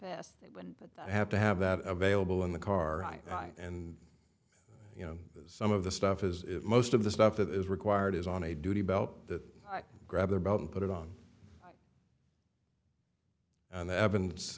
but i have to have that available in the car and you know some of the stuff is most of the stuff that is required is on a duty belt that i grab their belt and put it on and the evidence